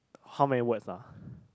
how many words lah